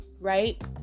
right